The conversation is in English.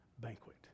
banquet